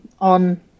on